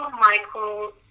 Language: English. Michael